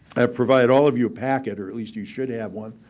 have provided all of you a packet, or at least you should have one,